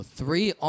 three